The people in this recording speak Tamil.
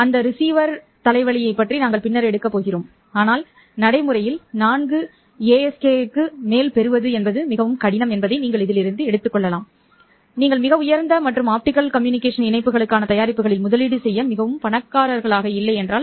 அந்த ரிசீவர் தலைவலியைப் பற்றி நாங்கள் பின்னர் எடுக்கப் போகிறோம் ஆனால் நடைமுறையில் 4 ASKஐஸ்க்கு மேல் பெறுவது மிகவும் கடினம் என்பதை நீங்கள் இதிலிருந்து எடுத்துக் கொண்டால் நீங்கள் காணலாம் நீங்கள் மிக உயர்ந்த மற்றும் ஆப்டிகல் கம்யூனிகேஷன் இணைப்புகளுக்கான தயாரிப்புகளில் முதலீடு செய்ய மிகவும் பணக்காரர்களாக இல்லாவிட்டால்